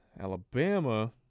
Alabama